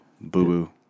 Boo-boo